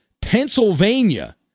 Pennsylvania